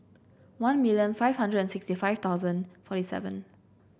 one million five hundred and sixty five thousand forty seven